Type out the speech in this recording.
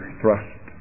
thrust